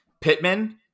Pittman